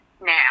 Now